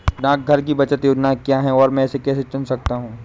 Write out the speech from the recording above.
डाकघर की बचत योजनाएँ क्या हैं और मैं इसे कैसे चुन सकता हूँ?